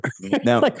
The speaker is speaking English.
Now